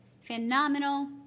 Phenomenal